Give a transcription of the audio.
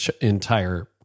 entire